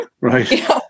Right